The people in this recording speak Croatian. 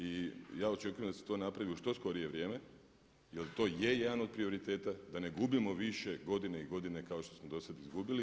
I ja očekujem da se to napravi u što skorije vrijeme, jer to je jedan od prioriteta da ne gubimo više godine i godine kao što smo do sad izgubili.